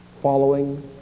following